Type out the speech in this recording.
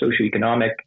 socioeconomic